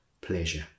pleasure